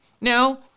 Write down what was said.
now